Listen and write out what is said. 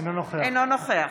אינו נוכח